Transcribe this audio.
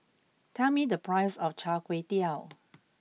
tell me the price of Char Kway Teow